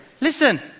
listen